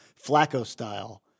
Flacco-style